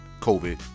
COVID